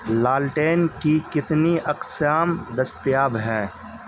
لالٹین کی کتنی اقسام دستیاب ہیں